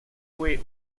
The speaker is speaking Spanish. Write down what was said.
fue